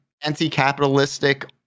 anti-capitalistic